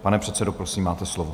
Pane předsedo, prosím, máte slovo.